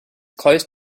close